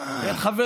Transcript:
אל תדאג,